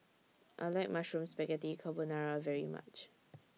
I like Mushroom Spaghetti Carbonara very much